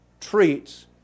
treats